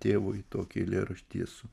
tėvui tokį eilėraštį esu